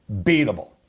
beatable